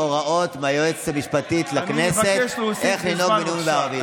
הוראות מהיועצת המשפטית לכנסת איך לנהוג בנאום בערבית.